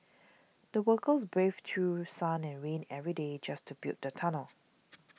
the workers braved through sun and rain every day just to build the tunnel